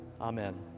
Amen